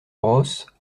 brosse